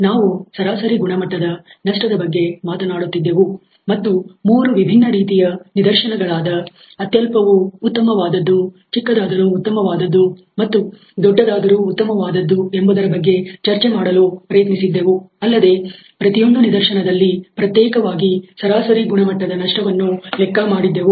ನಾವು ಸರಾಸರಿ ಗುಣಮಟ್ಟದ ನಷ್ಟದ ಬಗ್ಗೆ ಮಾತನಾಡುತ್ತಿದ್ದೆವು ಮತ್ತು ಮೂರು ವಿಭಿನ್ನ ರೀತಿಯ ನಿದರ್ಶನಗಳಾದ ಅತ್ಯಲ್ಪವು ಉತ್ತಮವಾದದ್ದು ಚಿಕ್ಕದಾದರೂ ಉತ್ತಮವಾದದ್ದು ಮತ್ತು ದೊಡ್ಡದಾದರೂ ಉತ್ತಮವಾದದ್ದು ಎಂಬುದರ ಬಗ್ಗೆ ಚರ್ಚೆ ಮಾಡಲು ಪ್ರಯತ್ನಿಸಿದ್ದೆವು ಅಲ್ಲದೆ ಪ್ರತಿಯೊಂದು ನಿದರ್ಶನದಲ್ಲಿ ಪ್ರತ್ಯೇಕವಾಗಿ ಸರಾಸರಿ ಗುಣಮಟ್ಟದ ನಷ್ಟವನ್ನು ಲೆಕ್ಕ ಮಾಡಿದ್ದೆವು